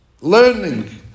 Learning